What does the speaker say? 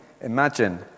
Imagine